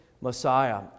Messiah